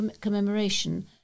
commemoration